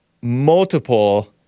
multiple